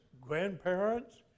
grandparents